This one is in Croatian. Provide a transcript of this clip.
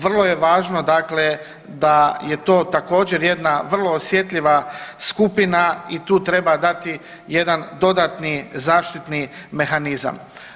Vrlo je važno da je to također jedna vrlo osjetljiva skupina i tu treba dati jedan dodatni zaštitni mehanizam.